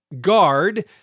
guard